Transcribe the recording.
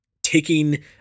taking